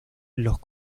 los